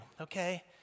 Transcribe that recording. Okay